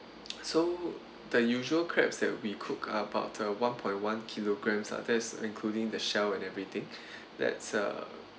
so the usual crabs that we cook about the one point one kilogramme lah there's including the shell and everything that's uh